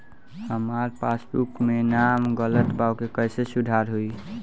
हमार पासबुक मे नाम गलत बा ओके कैसे सुधार होई?